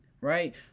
right